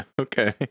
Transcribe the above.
Okay